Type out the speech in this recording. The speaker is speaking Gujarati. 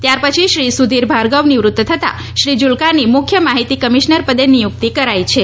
ત્યાર પછી શ્રી સુધીર ભાર્ગવ નિવૃત્ત થતા શ્રી જુલ્કાની મુખ્ય માહિતી કમિશનરની પદે નિયુક્તિ કરાઈ છે